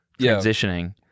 transitioning